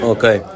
Okay